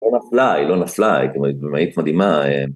היא לא נפלה, היא לא נפלה, זאת אומרת, היא עיתונאית מדהימה.